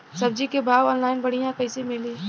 सब्जी के भाव ऑनलाइन बढ़ियां कइसे मिली?